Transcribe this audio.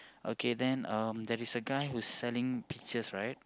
okay then um there is a guy who's selling peaches right